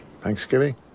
Thanksgiving